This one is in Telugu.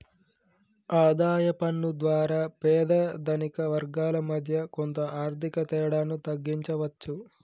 ఆదాయ పన్ను ద్వారా పేద ధనిక వర్గాల మధ్య కొంత ఆర్థిక తేడాను తగ్గించవచ్చు